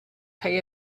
pay